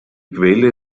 quelle